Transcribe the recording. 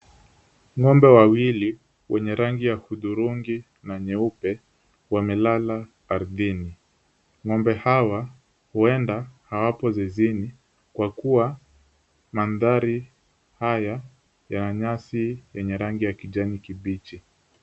Ng'ombe wawili wenye rangi ya hudhurungi na nyeupe , wamelala ardhini, ng'ombe hawa huenda hawapo zizini kwa kuwa mandhari haya ya nyasi yenye rangi ya kijani kibichi.